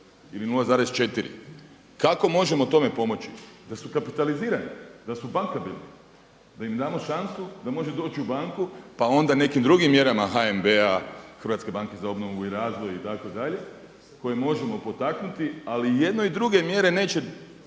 ili 0,4. Kako možemo tome pomoći? Da su kapitalizirani, da su … da im damo šansu da može doći u banku pa onda nekim drugim mjerama HNB-a, Hrvatske banke za obnovu i razvoj itd. koje možemo potaknuti ali i jedno i drugo mjere neće